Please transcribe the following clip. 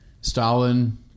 Stalin